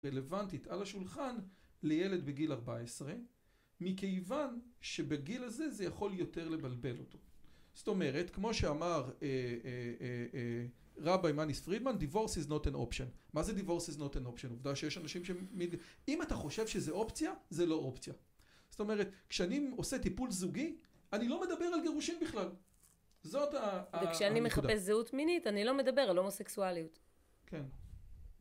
רלוונטית על השולחן לילד בגיל ארבע עשרה מכיוון שבגיל הזה זה יכול יותר לבלבל אותו. זאת אומרת כמו שאמר רבי מניס פרידמן דיבורס איז נוטן אופצ'ן מה זה דיבורס איז נוטן אופצ'ן עובדה שיש אנשים אם אתה חושב שזה אופציה זה לא אופציה. זאת אומרת כשאני עושה טיפול זוגי אני לא מדבר על גירושים בכלל וכשאני מחפש זהות מינית אני לא מדבר על הומוסקסואליות